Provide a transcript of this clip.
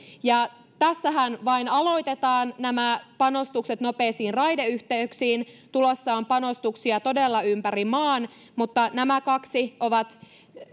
ja tässähän vain aloitetaan nämä panostukset nopeisiin raideyhteyksiin tulossa on panostuksia todella ympäri maan mutta nämä kaksi ovat